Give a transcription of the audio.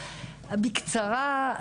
בקצרה,